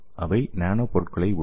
அவை நானோ பொருள்களைக் உடைக்கும்